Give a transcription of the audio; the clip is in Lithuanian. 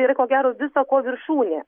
yra ko gero visa ko viršūnė